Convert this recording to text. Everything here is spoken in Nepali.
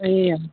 ए हजुर